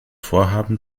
vorhaben